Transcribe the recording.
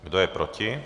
Kdo je proti?